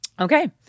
Okay